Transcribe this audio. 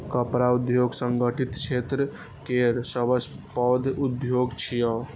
कपड़ा उद्योग संगठित क्षेत्र केर सबसं पैघ उद्योग छियै